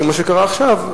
כמו שקרה עכשיו,